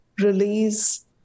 release